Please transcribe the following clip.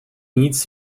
nic